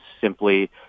simply